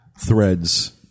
threads